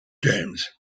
james